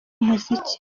umuziki